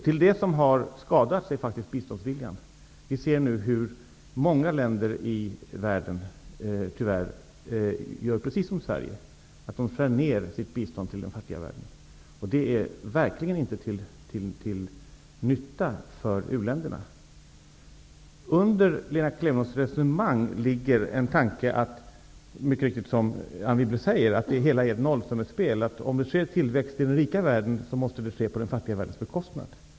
Till det som har skadats hör biståndsviljan. Många länder i världen gör precis som Sverige, de skär ner sitt bistånd till den fattiga världen. Det är verkligen inte till nytta för u-länderna. Tanken bakom Lena Klevenås resonemang är -- som Anne Wibble mycket riktigt säger -- att det hela är ett nollsummespel, dvs. att tillväxt i den rika världen sker på den fattiga världens bekostnad.